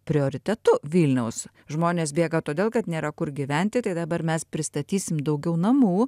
prioritetu vilniaus žmonės bėga todėl kad nėra kur gyventi tai dabar mes pristatysim daugiau namų